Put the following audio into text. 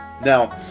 Now